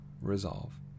Resolve